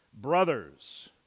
Brothers